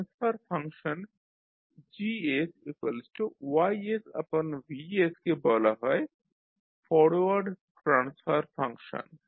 transfer function GYV কে বলা হয় ফরওয়ার্ড ট্রান্সফার ফাংশন